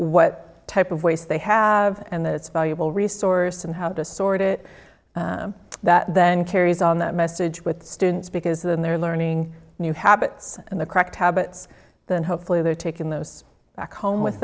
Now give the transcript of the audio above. what type of ways they have and that it's a valuable resource and how to sort it that then carries on that message with students because then they're learning new habits and the correct habits and hopefully they're taking those back home with